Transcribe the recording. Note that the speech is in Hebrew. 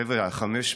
חבר'ה, ה-500